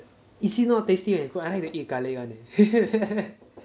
is it not tasty when it's cooked I like to eat garlic [one] eh